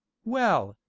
well,